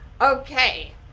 Okay